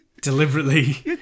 deliberately